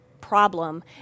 problem